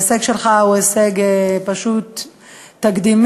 ההישג שלך הוא הישג פשוט תקדימי,